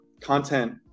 content